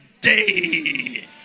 day